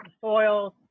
soils